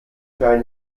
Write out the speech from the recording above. denn